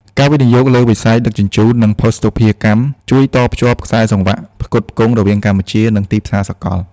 ការវិនិយោគលើវិស័យដឹកជញ្ជូន និងភស្តុភារកម្ម ជួយតភ្ជាប់ខ្សែសង្វាក់ផ្គត់ផ្គង់រវាងកម្ពុជា និងទីផ្សារសកល។